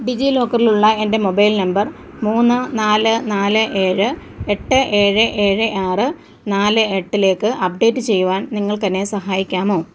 ഡിജിലോക്കറിലുള്ള എൻ്റെ mobile number മൂന്ന് നാല് നാല് ഏഴ് എട്ട് ഏഴ് ഏഴ് ആറ് നാല് എട്ടിലേക്ക് അപ്ഡേറ്റ് ചെയ്യുവാൻ നിങ്ങൾക്ക് എന്നെ സഹായിക്കാമോ